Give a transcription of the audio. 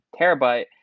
terabyte